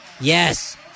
Yes